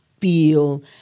feel